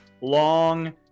long